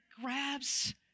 grabs